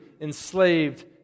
enslaved